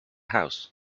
house